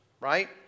Right